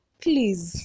please